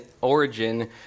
origin